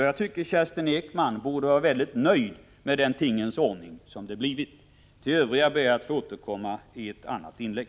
Jag tycker att Kerstin Ekman borde vara mycket nöjd med den tingens ordning som det har blivit. Till de övriga som replikerat ber jag att få återkomma i ett annat inlägg.